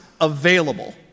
available